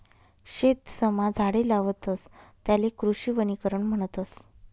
शेतसमा झाडे लावतस त्याले कृषी वनीकरण म्हणतस